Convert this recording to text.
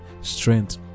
strength